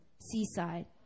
Seaside